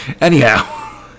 Anyhow